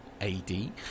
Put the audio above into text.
AD